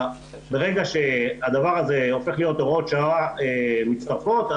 ברגע שזה הופך להיות הוראות שעה מצטרפות,